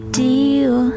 deal